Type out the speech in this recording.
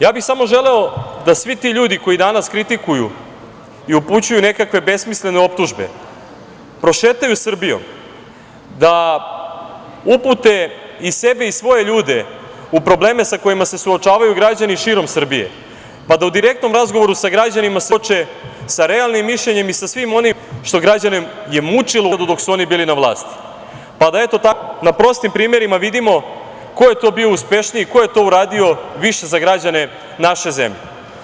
Ja bih samo želeo da svi ti ljudi koji danas kritikuju i upućuju nekakve besmislene optužbe prošetaju Srbijom, da upute i sebe i svoje ljude u probleme sa kojima se suočavaju građani širom Srbije, pa da u direktnom razgovoru sa građanima se suoče sa realnim mišljenjem i sa svim onim što građane je mučilo u periodu dok su oni bili na vlasti, pa da eto tako na prostim primerima vidimo ko je to bio uspešniji, ko je to uradio više za građane naše zemlje.